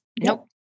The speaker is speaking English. Nope